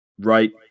Right